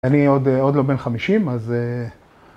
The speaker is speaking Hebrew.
אני עוד לא בן חמישים, אז...